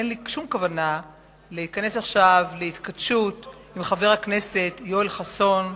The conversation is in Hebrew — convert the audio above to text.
אין לי שום כוונה להיכנס עכשיו להתכתשות עם חבר הכנסת יואל חסון,